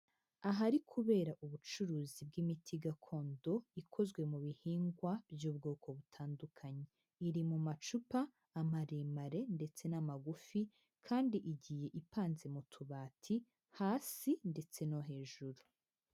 Ahari kubera ubucuruzi bw'imiti gakondo, ikozwe mu bihingwa by'ubwoko butandukanye. Iri mu macupa, amaremare ndetse n'amagufi kandi igiye ipanze mu tubati, hasi ndetse no hejuru.